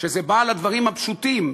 כשזה בא לדברים הפשוטים,